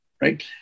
right